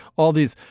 all these.